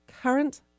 current